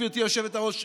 גברתי היושבת-ראש,